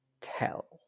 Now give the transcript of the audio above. tell